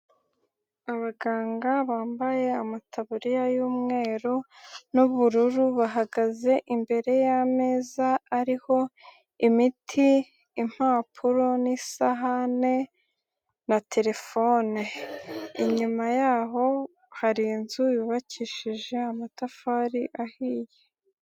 Abaganga bambaye amataburiya y'umweru n'ubururu, bahagaze imbere y'ameza ariho imiti, impapuro n'isahane na telefone, inyuma yaho hari inzu yubakishije amatafari ahiye.